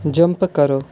jump करो